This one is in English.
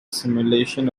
simulation